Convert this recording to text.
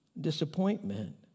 disappointment